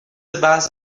بحث